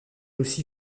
aussi